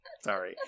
Sorry